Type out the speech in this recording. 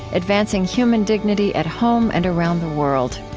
advancing human dignity at home and around the world.